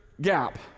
gap